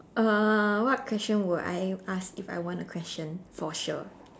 uh what question will I ask if I want a question for sure